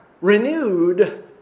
renewed